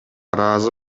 ыраазы